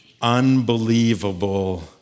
unbelievable